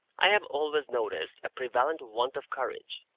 i have always noticed a prevalent want of courage,